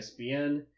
ESPN